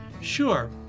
Sure